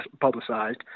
publicized